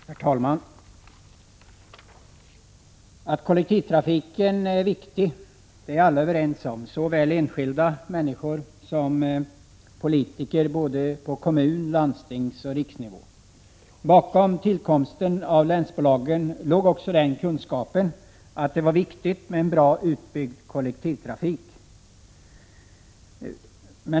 Herr talman! Att kollektivtrafiken är viktig är alla överens om, såväl enskilda människor som politiker på både kommun-, landstingsoch riksnivå. Bakom tillkomsten av länsbolagen låg också den kunskapen att det var viktigt med en bra utbyggd kollektivtrafik.